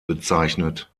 bezeichnet